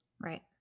Right